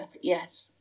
yes